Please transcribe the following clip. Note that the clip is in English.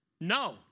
No